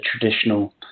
traditional